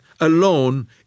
alone